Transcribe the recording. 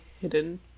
hidden